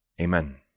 Amen